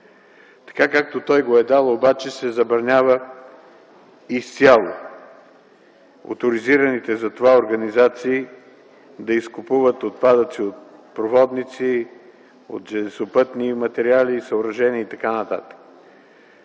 Както го е дал, обаче се забранява изцяло оторизираните за това организации да изкупуват отпадъци от проводници, от железопътни материали и съоръжения и т.н.